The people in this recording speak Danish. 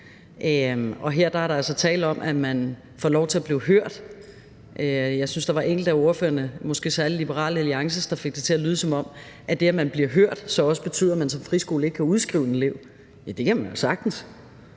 Her er der altså tale om, at man får lov til at blive hørt. Jeg synes, der var enkelte ordførere, måske særlig Liberal Alliances, der fik det til at lyde, som om at det, at vedkommende bliver hørt, så også betyder, at man som friskole ikke kan udskrive en elev. Men det kan man jo sagtens.